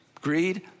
Greed